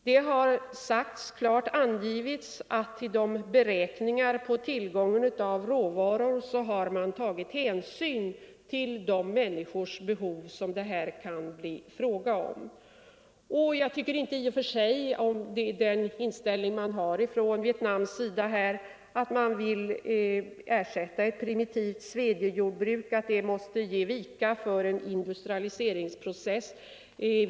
Det har klart angivits att vid beräkningarna av tillgången på råvaror har man tagit hänsyn till behovet hos de människor det kan bli fråga om. I och för sig tycker jag inte att inställningen från Vietnams sida att ett primitivt svedjejordbruk måste ge vika för en industrialiseringsprocess är onaturlig.